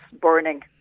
burning